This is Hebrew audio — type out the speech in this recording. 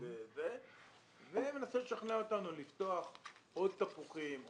ומנסה לשכנע אותנו לפתוח עוד תפוחים,